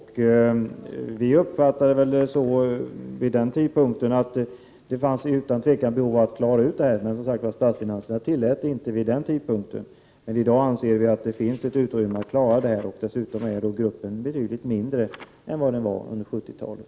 Vi uppfattade vid den tidpunkten att det utan tvivel fanns behov av att klara ut detta. Men statsfinanserna tillät det inte vid den tidpunkten. Men i dag anser vi att det finns utrymme för att genomföra förändringen. Dessutom är gruppen betydligt mindre nu än den var under 70-talet.